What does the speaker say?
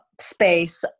space